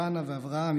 חנה ואברהם,